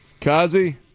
Kazi